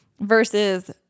versus